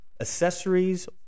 accessories